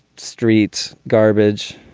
streets garbage.